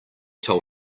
told